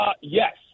Yes